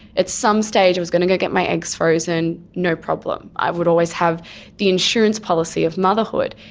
at some stage i was going to go get my eggs frozen, no problem. i would always have the insurance policy of motherhood.